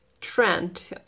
trend